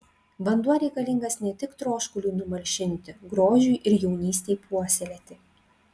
vanduo reikalingas ne tik troškuliui numalšinti grožiui ir jaunystei puoselėti